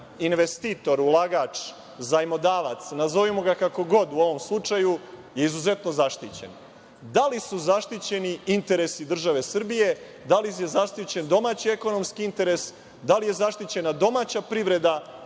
investitor, ulagač, zajmodavac, nazovimo ga kako god u ovom slučaju, je izuzetno zaštićen. Da li su zaštićeni interesi države Srbije? Da li je zaštićen domaći ekonomski interes? Da li je zaštićena domaća privreda?